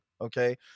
okay